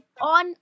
on